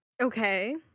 Okay